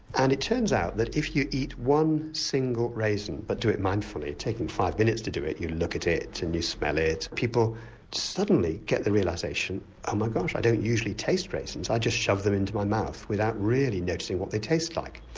and it turns out that if you eat one single raisin but do it mindfully, taking five minutes to do it, you look at it and you smell it, people suddenly get the realisation oh my gosh, i don't usually taste raisins, i just shove them into my mouth without really noticing what they taste like'.